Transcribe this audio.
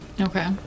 okay